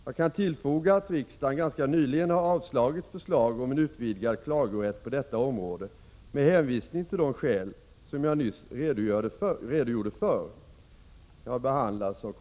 Jag kan tillfoga att riksdagen ganska nyligen har avslagit förslag om en utvidgad klagorätt på detta område med hänvisning till de skäl som jag nyss redogjorde för .